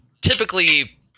Typically